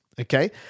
okay